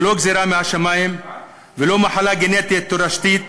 הוא לא גזירה משמים ולא מחלה גנטית תורשתית,